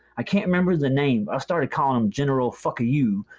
i can't remember the name. i've started calling him general fuck you.